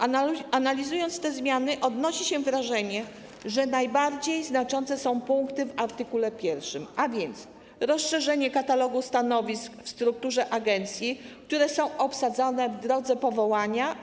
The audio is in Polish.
Analizując te zmiany, odnosi się wrażenie, że najbardziej znaczące są punkty w art. 1, a więc rozszerzenie katalogu stanowisk w strukturze agencji, które są obsadzane w drodze powołania.